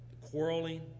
quarreling